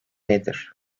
nedir